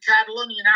Catalonian